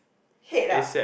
head ah